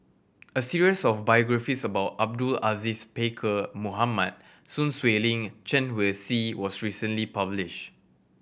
a series of biographies about Abdul Aziz Pakkeer Mohamed Sun Xueling Chen Wen Hsi was recently published